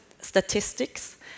statistics